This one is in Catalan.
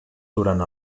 durant